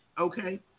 Okay